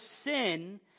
sin